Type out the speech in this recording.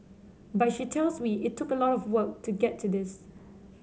but she tells me it took a lot of work to get to this